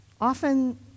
Often